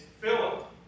Philip